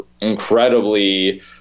incredibly